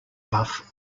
buff